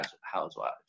Housewives